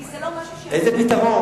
כי זה לא משהו, איזה פתרון?